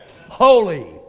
holy